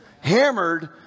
hammered